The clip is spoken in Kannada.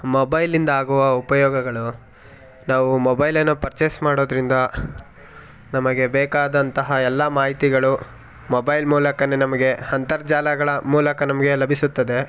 ಮೊಬೈಲ್ನಿಂದ ಆಗುವ ಉಪಯೋಗಗಳು ನಾವು ಮೊಬೈಲನ್ನು ಪರ್ಚೇಸ್ ಮಾಡೋದರಿಂದ ನಮಗೆ ಬೇಕಾದಂತಹ ಎಲ್ಲ ಮಾಹಿತಿಗಳು ಮೊಬೈಲ್ ಮೂಲಕವೇ ನಮಗೆ ಅಂತರ್ಜಾಲಗಳ ಮೂಲಕ ನಮಗೆ ಲಭಿಸುತ್ತದೆ